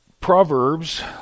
Proverbs